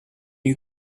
you